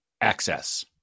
access